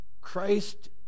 Christ